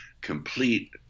complete